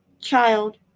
child